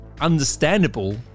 understandable